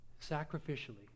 sacrificially